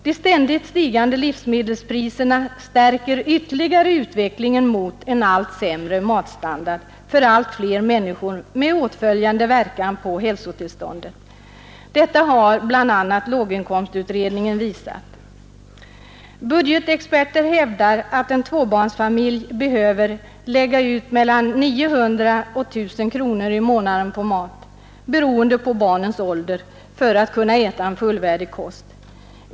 De ständigt stigande livsmedelspriserna stärker ytterligare utvecklingen mot en allt sämre standard för allt fler människor med åtföljande verkan på hälsotillståndet. Detta har bl.a. låginkomstutredningen visat. Budgetexperter hävdar att en tvåbarnsfamilj behöver lägga ut mellan 900 och 1000 kronor i månaden på mat, ”beroende på barnens ålder”, för att kunna äta en fullvärdig kost.